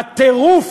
הטירוף